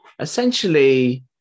essentially